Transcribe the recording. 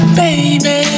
baby